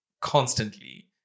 constantly